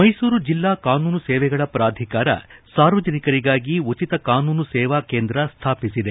ಮೈಸೂರು ಜಿಲ್ಲಾ ಕಾನೂನು ಸೇವೆಗಳ ಪ್ರಾಧಿಕಾರ ಸಾರ್ವಜನಿಕರಿಗಾಗಿ ಉಚಿತ ಕಾನೂನು ಸೇವಾ ಕೇಂದ್ರ ಸ್ಥಾಪಿಸಿದೆ